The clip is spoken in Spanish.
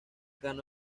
ganó